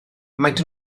maent